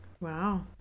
Wow